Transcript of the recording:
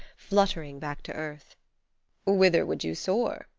fluttering back to earth whither would you soar?